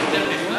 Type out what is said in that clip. הוא כותב נפלא?